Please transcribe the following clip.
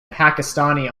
pakistani